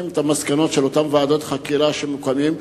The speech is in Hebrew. את המסקנות של אותן ועדות חקירה שמוקמות?